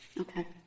Okay